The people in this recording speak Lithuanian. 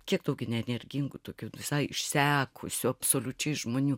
kiek tokių neenergingų tokių visai išsekusių absoliučiai žmonių